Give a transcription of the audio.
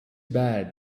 bad